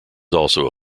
also